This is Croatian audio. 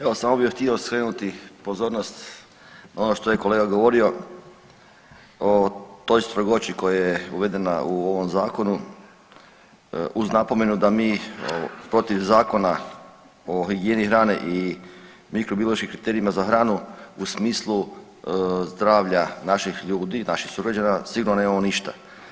Evo samo bih još htio skrenuti pozornost na ono to je kolega govorio o toj strogoći koja je uvedena u ovom zakonu uz napomenu da mi protiv Zakona o higijeni hrane i mikrobiološkim kriterijima za hranu u smislu zdravlja naših ljudi, naših sugrađana sigurno nemamo ništa.